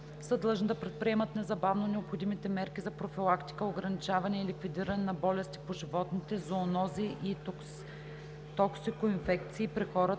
длъжни да предприемат незабавно необходимите мерки за профилактика, ограничаване и ликвидиране на болести по животните, зоонози и токсикоинфекции при хората,